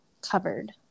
covered